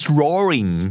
roaring